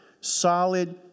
solid